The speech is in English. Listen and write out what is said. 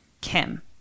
kim